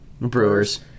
Brewers